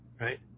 Right